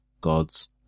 God's